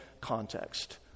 context